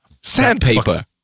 Sandpaper